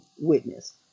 witness